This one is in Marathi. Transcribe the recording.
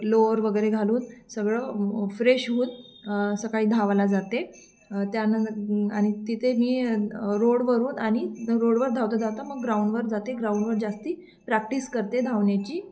लोअर वगैरे घालून सगळं फ्रेश होऊन सकाळी धावायला जाते त्यान आणि तिथे मी रोडवरून आणि रोडवर धावता धावता मग ग्राउंडवर जाते ग्राउंडवर जास्त प्रॅक्टिस करते धावण्याची